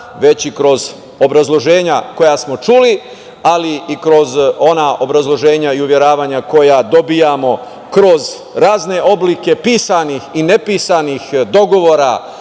već i kroz obrazloženja koja smo čuli, ali i kroz ona obrazloženja i uveravanja koja dobijamo kroz razne oblike pisanih i ne pisanih dogovora